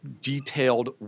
detailed